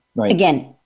Again